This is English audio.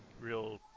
real